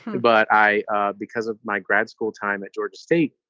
but i because of my grad school time at georgia state,